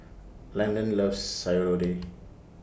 Landan loves Sayur